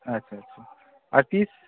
আচ্ছা আচ্ছা আর পিস